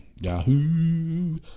Yahoo